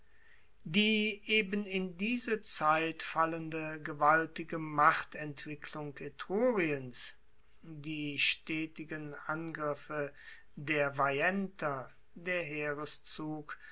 die eben in diese zeit fallende gewaltige machtentwicklung etruriens die stetigen angriffe der veienter der